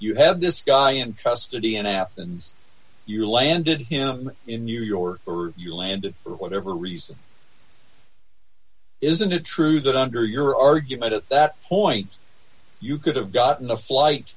you have this guy and custody in athens you landed him in new york you landed for whatever reason isn't it true that under your argument at that point you could have gotten a flight